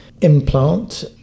implant